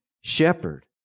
shepherd